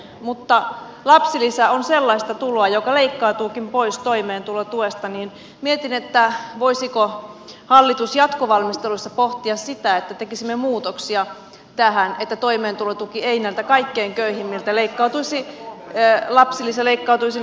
mutta kun lapsilisä on sellaista tuloa joka leikkautuukin pois toimeentulotuesta niin mietin voisiko hallitus jatkovalmisteluissa pohtia sitä että tekisimme muutoksia tähän että lapsilisä ei näiltä kaikkein köyhimmiltä leikkautuisi toimeentulotuesta pois